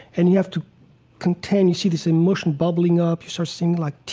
and you have to contain you see this emotion bubbling up, you start seeing, like,